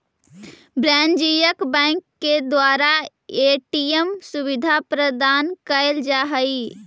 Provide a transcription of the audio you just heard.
वाणिज्यिक बैंक के द्वारा ए.टी.एम सुविधा प्रदान कैल जा हइ